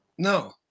No